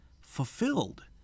fulfilled